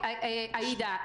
עאידה,